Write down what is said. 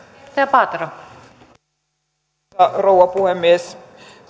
arvoisa rouva puhemies